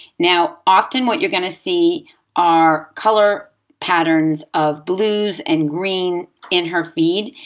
now often, what you're going to see are color patterns of blues and green in her feed.